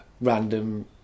random